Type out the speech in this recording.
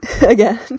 Again